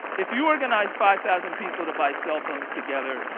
if you organize five thousand people to buy cell phones together,